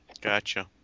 Gotcha